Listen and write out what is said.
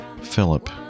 Philip